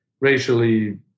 racially